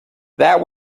that